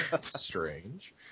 Strange